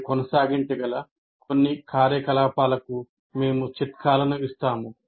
మీరు కొనసాగించగల కొన్ని కార్యకలాపాలకు మేము చిట్కాలను ఇస్తాము